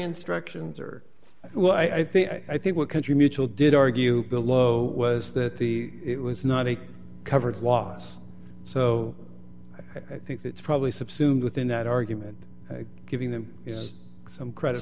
instructions are well i think i think what country mutual did argue below was that the it was not a covered loss so i think that's probably subsumed within that argument giving them some credit